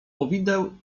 powideł